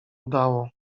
udało